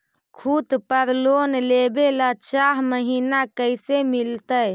खूत पर लोन लेबे ल चाह महिना कैसे मिलतै?